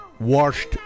washed